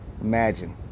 Imagine